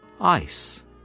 Ice